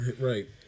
right